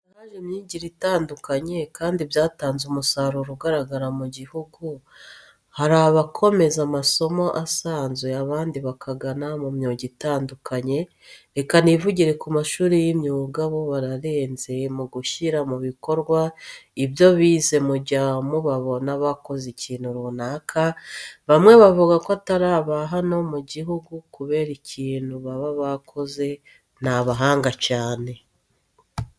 Mu Rwanda haje imyigire itandukanye kandi byatanze umusaruro ugaragara mu gihugu, harabokomeza amasomo asanze abandi bakagana mu myuga itandukanye, reka nivugire ku mashuri y'imyuga bo bararenze m ugushyira mu bikorwa ibyo bize mujya mubabona bakoze ikintu runaka, bamwe bavuga ko atari abaho mu gihugu kubere ikintu baba bakoze n'abahanga cyane.